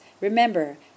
Remember